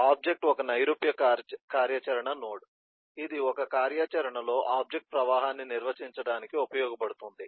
object ఒక నైరూప్య కార్యాచరణ నోడ్ ఇది ఒక కార్యాచరణలో ఆబ్జెక్ట్ ప్రవాహాన్ని నిర్వచించడానికి ఉపయోగించబడుతుంది